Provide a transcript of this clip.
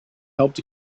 helped